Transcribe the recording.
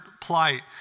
plight